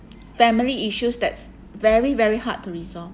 family issues that's very very hard to resolve